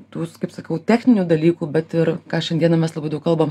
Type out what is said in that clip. tų s kaip sakau techninių dalykų bet ir ką šiandieną mes labai daug kalbam